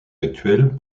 actuels